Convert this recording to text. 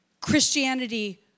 Christianity